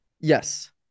Yes